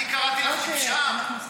את רוצה להתווכח, אחלה.